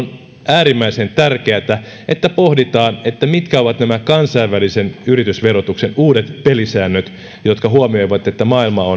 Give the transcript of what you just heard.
äärimmäisen tärkeätä että pohditaan mitkä ovat nämä kansainvälisen yritysverotuksen uudet pelisäännöt jotka huomioivat että maailma on